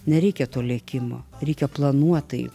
nereikia to lėkimo reikia planuotai